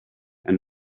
and